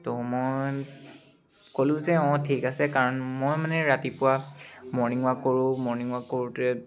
তো মই ক'লোঁ যে অঁ ঠিক আছে কাৰণ মই মানে ৰাতিপুৱা মৰ্ণিং ৱাক কৰোঁ মৰ্ণিং ৱাক কৰোঁতে